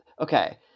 okay